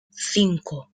cinco